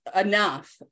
enough